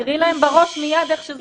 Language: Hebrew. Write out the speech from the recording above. תירי להם בראש מיד איך שזה קורה.